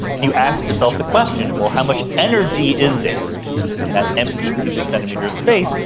and you ask yourself the question, well, how much energy is there in that empty cubic centimetre of space,